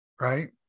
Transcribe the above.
right